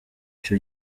icyo